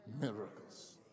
miracles